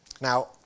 Now